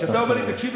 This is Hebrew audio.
כשאתה אומר לי: תקשיב,